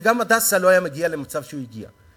וגם "הדסה" לא היה מגיע למצב שהוא הגיע אליו.